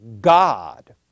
God